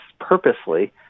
purposely